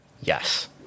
Yes